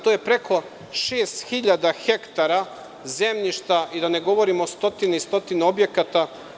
To je preko 6000 hektara zemljišta i da ne govorim o stotini i stotini objekata.